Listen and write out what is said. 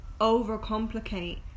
overcomplicate